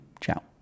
ciao